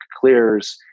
clears